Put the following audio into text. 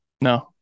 No